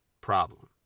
problem